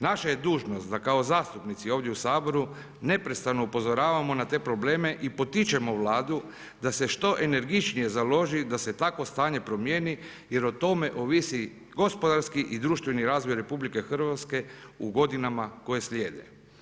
Naša je dužnost da kao zastupnici ovdje u Saboru neprestano upozoravamo da te probleme i potičemo Vladu da se što energičnije založi da se takvo stanje promijeni jer o tome ovisi gospodarski i društveni razvoj RH u godinama koje slijede.